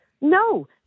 no